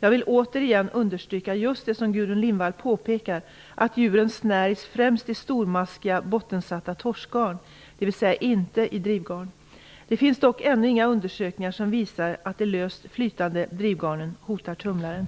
Jag vill återigen understryka just det som Gudrun Lindvall påpekar, att djuren främst snärjs i stormaskiga, bottensatta torskgarn, dvs. inte i drivgarn. Det finns dock ännu inga undersökningar som visar att de löst flytande drivgarnen hotar tumlaren.